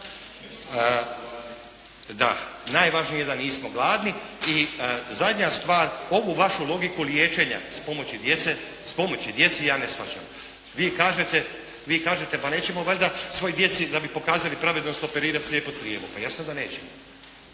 Da, najvažnije je da nismo gladni. I zadnja stvar. Ovu vašu logiku liječenja s pomoću djece, s pomoći djeci ja ne shvaćam. Vi kažete pa nećemo valjda svoj djeci da bi pokazali pravednost, operirati slijepo crijevo. Pa jasno da nećemo,